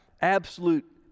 absolute